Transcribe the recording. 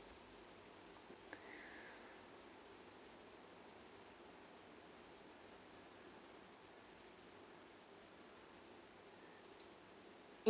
ya